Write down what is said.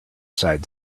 sighed